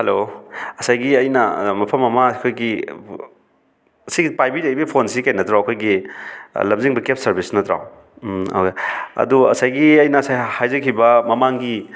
hello ꯉꯁꯥꯏꯒꯤ ꯑꯩꯅ ꯃꯐꯝ ꯑꯃ ꯑꯩꯈꯣꯏꯒꯤ ꯁꯤ ꯄꯥꯏꯕꯤꯔꯛꯏꯕ ꯐꯣꯟꯁꯤ ꯀꯩ ꯅꯠꯇ꯭ꯔꯣ ꯑꯩꯈꯣꯏꯒꯤ ꯂꯝꯖꯤꯡꯕ ꯀꯦꯞ ꯁꯔꯕꯤꯁ ꯅꯠꯇ꯭ꯔꯣ ꯑꯗꯣ ꯉꯁꯥꯏꯒꯤ ꯑꯩꯅ ꯉꯁꯥꯏ ꯍꯥꯏꯖꯈꯤꯕ ꯃꯃꯥꯡꯒꯤ